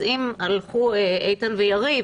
אז אם הלכו איתן ויריב,